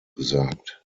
gesagt